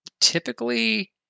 typically